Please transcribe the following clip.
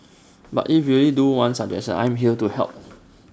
but if you really do want suggestions I'm here to help